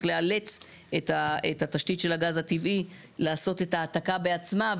לאלץ את התשתית של הגז הטבעי לעשות את ההעתקה בעצמה,